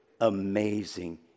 amazing